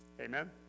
Amen